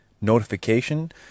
notification